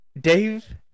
Dave